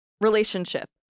relationship